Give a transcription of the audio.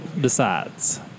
decides